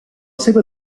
seva